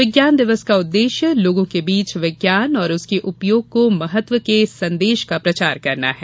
विज्ञान दिवस का उद्देश्य लोगों के बीच विज्ञान और उसके उपयोग का महत्व का संदेश का प्रसार करना है